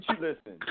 listen